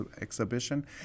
exhibition